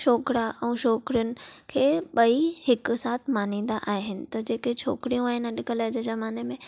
छोकिरा ऐं छोकिरियुनि खे ॿई हिकु साथ मञींदा आहिनि त जेके छोकिरियूं आहिनि अॼु कल जे ज़माने में